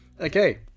Okay